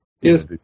Yes